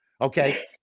okay